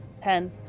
Ten